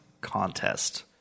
contest